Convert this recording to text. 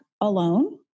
alone